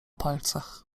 palcach